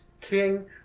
king